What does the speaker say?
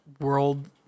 world